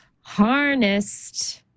Harnessed